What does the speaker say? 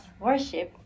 worship